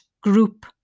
group